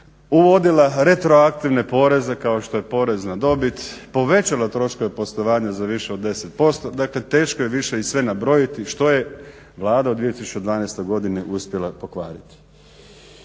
uvodila retroaktivne poreze kao što je porez na dobit, povećala troškove poslovanja za više od 10%. Dakle, teško je više i sve nabrojiti što je Vlada u 2012. godini uspjela pokvariti.